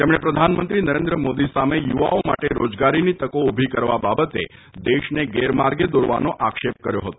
તેમણે પ્રધાનમંત્રી નરેન્દ્ર મોદી સામે યુવાઓ માટે રોજગારીની તકો ઊભી કરવા બાબતે દેશને ગેરમાર્ગે દોરવાનો આક્ષેપ કર્યો હતો